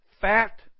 fat